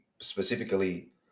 specifically